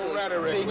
rhetoric